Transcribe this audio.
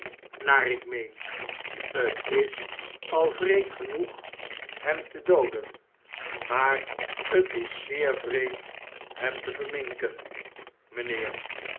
naar ik meen t is al wreed genoeg hem te dooden maar t is zeer wreed hem te verminken